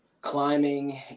climbing